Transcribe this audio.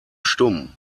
stumm